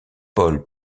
paul